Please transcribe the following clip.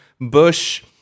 Bush